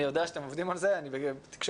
אני יודע שאתם עובדים על זה, אני רק אומר.